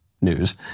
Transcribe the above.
news